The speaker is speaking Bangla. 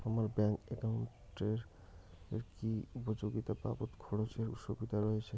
আমার ব্যাংক এর একাউন্টে কি উপযোগিতা বাবদ খরচের সুবিধা রয়েছে?